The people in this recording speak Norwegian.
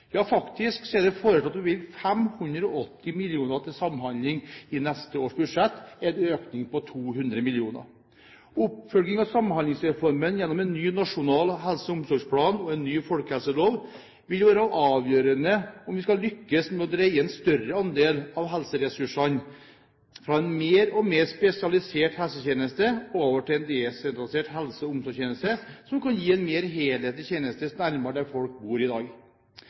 Ja, faktisk er det foreslått å bevilge hele 580 mill. kr til samhandling i neste års budsjett, en økning på 200 mill. kr. Oppfølgingen av Samhandlingsreformen gjennom en ny nasjonal helse- og omsorgsplan og ny folkehelselov er avgjørende for om vi skal lykkes med å dreie en større andel av helseressursene fra en mer og mer spesialisert helsetjeneste over til en desentralisert helse- og omsorgstjeneste, som kan gi en mer helhetlig tjeneste, nærmere der folk bor i dag.